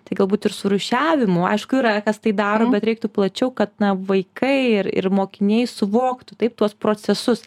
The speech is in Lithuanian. tai galbūt ir su rūšiavimu aišku yra kas tai daro bet reiktų plačiau kad vaikai ir ir mokiniai suvoktų taip tuos procesus